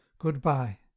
goodbye